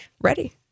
ready